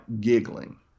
giggling